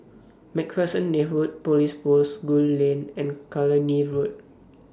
MacPherson Neighbourhood Police Post Gul Lane and Cluny Road